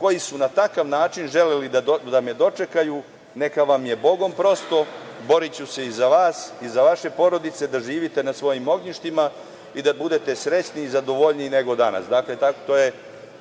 koji su na takav način želeli da me dočekaju, neka vam je bogom prosto, boriću se i za vas i za vaše porodice da živite na svojim ognjištima i da budete srećni i zadovoljniji nego danas.“ To je